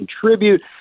contribute